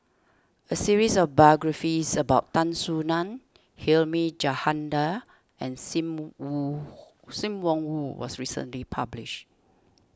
a series of biographies about Tan Soo Nan Hilmi Johandi and sim mu hoo Sim Wong Hoo was recently published